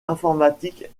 informatique